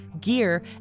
gear